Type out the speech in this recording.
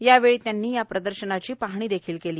यावेळी त्यांनी या प्रदर्शनाची पाहणी केली